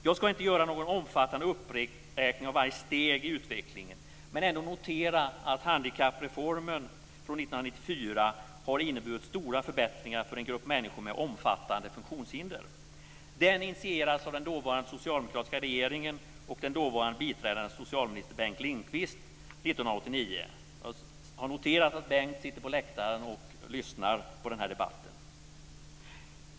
Jag ska inte göra någon omfattande uppräkning av varje steg i utvecklingen, men ändå notera att handikappreformen från 1994 har inneburit stora förbättringar för en grupp människor med omfattande funktionshinder. Den initierades av den dåvarande socialdemokratiska regeringen och den dåvarande biträdande socialministern Bengt Lindqvist 1989. Jag har noterat att Bengt sitter på läktare och lyssnar på den här debatten.